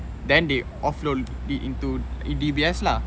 then they offload into D_B_S lah